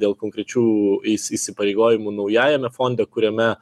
dėl konkrečių įs įsipareigojimų naujajame fonde kuriame